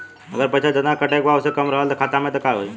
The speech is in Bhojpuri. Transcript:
अगर पैसा जेतना कटे के बा ओसे कम रहल खाता मे त का होई?